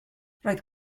roedd